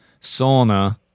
sauna